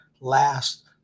last